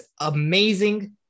amazing